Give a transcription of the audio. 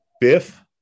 Biff